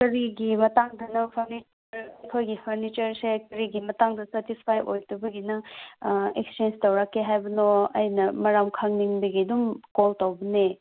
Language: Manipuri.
ꯀꯔꯤꯒꯤ ꯃꯇꯥꯡꯗꯅꯣ ꯐꯔꯅꯤꯆꯔ ꯑꯩꯈꯣꯏꯒꯤ ꯐꯔꯅꯤꯆꯔꯁꯦ ꯀꯔꯤꯒꯤ ꯃꯇꯥꯡꯗ ꯁꯦꯇꯤꯁꯐꯥꯏꯠ ꯑꯣꯏꯗꯕꯒꯤꯅꯣ ꯑꯦꯛꯆꯦꯟꯁ ꯇꯧꯔꯛꯀꯦ ꯍꯥꯏꯕꯅꯣ ꯑꯩꯅ ꯃꯔꯝ ꯈꯪꯅꯤꯡꯕꯒꯤ ꯑꯗꯨꯝ ꯀꯣꯜ ꯇꯧꯕꯅꯦ